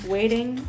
Waiting